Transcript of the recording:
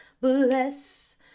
bless